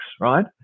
right